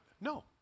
No